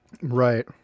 Right